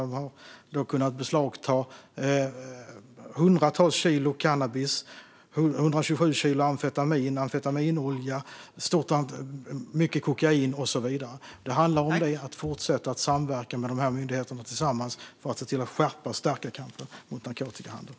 De har kunnat beslagta hundratals kilo cannabis, 127 kilo amfetamin, amfetaminolja, mycket kokain och så vidare. Det handlar om att fortsätta att samverka med dessa myndigheter för att se till att skärpa och stärka kampen mot narkotikahandeln.